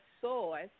source